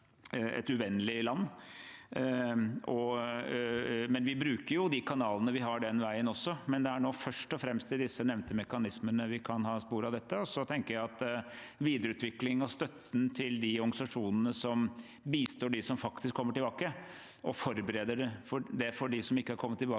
Vi bruker jo de kanalene vi har, den veien også, men det er nå først og fremst i disse nevnte mekanismene vi kan ha spor av dette. Så tenker jeg at når det gjelder videreutvikling av støtten til de organisasjonene som bistår dem som faktisk kommer tilbake, og forbereder det for dem som ikke har kommet tilbake, etterpå,